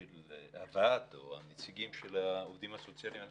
של הוועד או הנציגים של העובדים הסוציאליים.